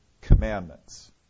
commandments